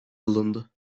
alındı